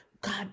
God